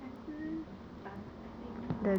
还是 dancing